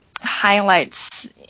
highlights